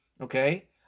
Okay